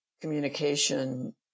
communication